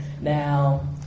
Now